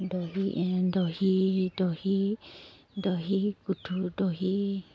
দহি দহি দহি দহি গুঠোঁ দহি